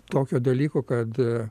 tokio dalyko kad